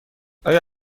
آیا